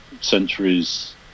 centuries